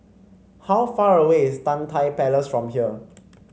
how far away is Tan Tye Palace from here